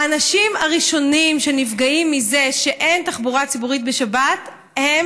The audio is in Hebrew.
האנשים הראשונים שנפגעים מזה שאין תחבורה ציבורית בשבת הם,